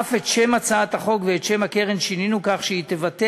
אף את שם הצעת החוק ואת שם הקרן שינינו כך שהיא תבטא